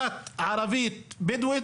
אחת ערבייה בדואית,